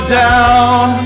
down